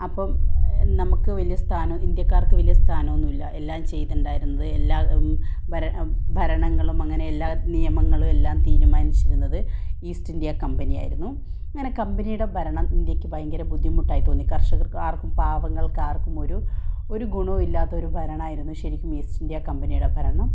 അപ്പം നമുക്ക് വലിയ സ്ഥാനം ഇന്ത്യക്കാര്ക്ക് വലിയ സ്ഥാനം ഒന്നും ഇല്ലാ എല്ലാം ചെയ്തിട്ടുണ്ടായിരുന്നത് എല്ലാ ഭര ഭരണങ്ങളും അങ്ങനെയെല്ലാം നിയമങ്ങളും എല്ലാം തീരുമാനിച്ചിരുന്നത് ഈസ്റ്റ് ഇന്ത്യ കമ്പനി ആയിരുന്നു അങ്ങനെ കമ്പനിയുടെ ഭരണം ഇന്ത്യയ്ക്ക് ഭയങ്കര ബുദ്ധിമുട്ടായി തോന്നി കര്ഷക്കര്ക്ക് ആര്ക്കും പാവങ്ങള്ക്ക് ആര്ക്കും ഒരു ഒരു ഗുണവും ഇല്ലാത്ത ഒരു ഭരണം ആയിരുന്നു ശരിക്കും ഈസ്റ്റ് ഇന്ത്യ കമ്പനിയുടെ ഭരണം